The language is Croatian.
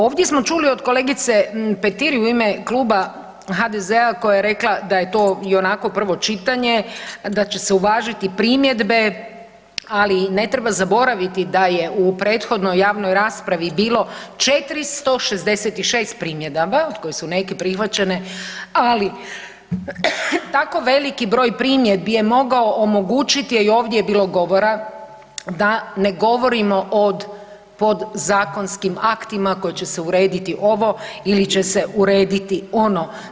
Ovdje smo čuli od kolegice Petir i u ime kluba HDZ-a koja je rekla da je to i onako prvo čitanje, da će se uvažiti primjedbe, ali ne treba zaboraviti da je u prethodnoj javnoj raspravi bilo 466 primjedaba od kojih su neke prihvaćene, ali tako veliki broj primjedbi je mogao omogućiti, a i ovdje je bilo govora da ne govorimo o podzakonskim aktima koje će se urediti ovo ili će se urediti ono.